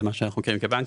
מה שאנחנו מכירים כבנקים.